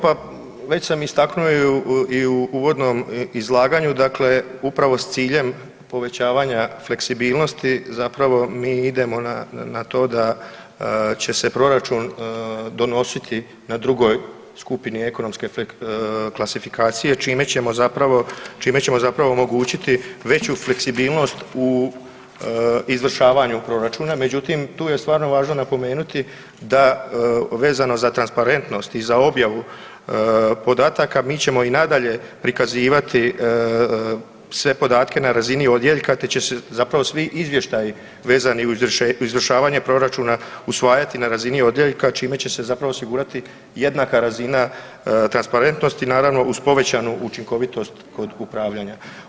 Pa već sam istaknuo i u uvodnom izlaganju, dakle upravo s ciljem povećavanja fleksibilnosti, zapravo mi idemo na to da će se proračun donositi na drugoj skupini ekonomske klasifikacije čime ćemo zapravo omogućiti veću fleksibilnost u izvršavanju proračuna međutim, tu je stvarno važno napomenut vezano za transparentnost i za objavu podataka, mi ćemo i nadalje prikazivati sve podatke na razini odjeljka te će se zapravo svi izvještaji vezani uz izvršavanje proračuna usvajati na razini odjeljka čime će se zapravo osigurati jednaka razina transparentnosti, naravno uz povećanu učinkovitost kod upravljanja.